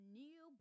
new